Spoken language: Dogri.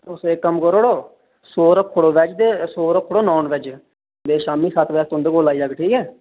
तुस इक काम करी ओड़ो सौ रक्खी उड़ो वेज दे ते सौ रक्खी ओड़ो नॉन वेज दे ते शामी सत्त बजे अस तुं'दे कोल आई जाह्गे ठीक ऐ